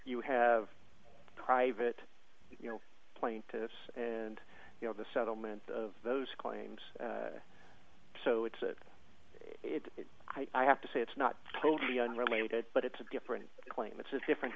you have private you know plaintiffs and you know the settlement of those claims so it's it it i have to say it's not totally unrelated but it's a different claim it's different